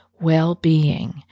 well-being